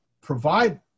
Provide